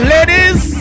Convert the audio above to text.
Ladies